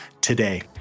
today